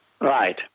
Right